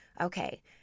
okay